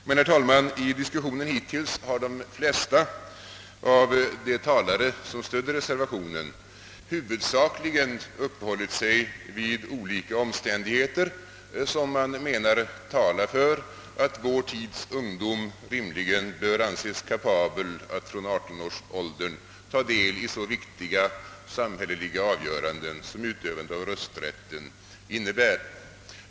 I den hittillsvarande diskussionen har de flesta talare som stöder reservationen huvudsakligen uppehållit sig vid olika omständigheter som man anser tala för att vår tids ungdom rimligen bör anses kapabel att från 18 års ålder ta del i så viktiga samhälleliga uppgifter som utövandet av rösträtten innebär.